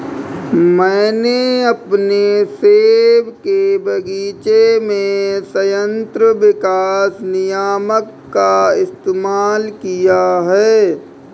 मैंने अपने सेब के बगीचे में संयंत्र विकास नियामक का इस्तेमाल किया है